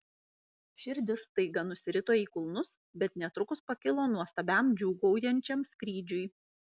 širdis staiga nusirito į kulnus bet netrukus pakilo nuostabiam džiūgaujančiam skrydžiui